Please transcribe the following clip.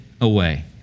away